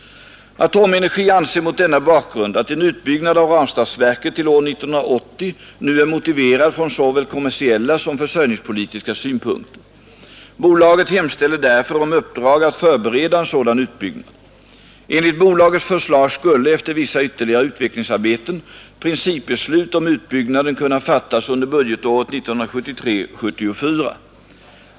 Atomenergi anser mot denna bakgrund att en utbyggnad av Ranstadsverket till år 1980 nu är motiverad från såväl kommersiella som försörjningspolitiska synpunkter. Bolaget hemställer därför om uppdrag att förbereda en sådan utbyggnad. Enligt bolagets förslag skulle — efter vissa ytterligare utvecklingsarbeten — principbeslut om utbyggnaden kunna fattas under budgetåret 1973/74.